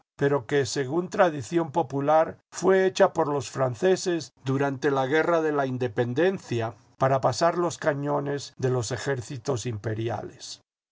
pero que según tradición popular fué hecha por los franceses durante la guerra de la independencia para pasar los cañones de los ejércitos imperiales